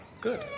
Good